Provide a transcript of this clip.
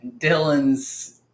dylan's